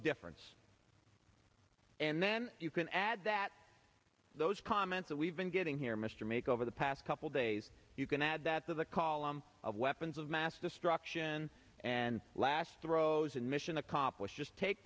difference and then you can add that those comments that we've been getting here mr make over the past couple days you can add that to the column of weapons of mass destruction and last throes and mission accomplished